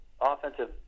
offensive